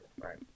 right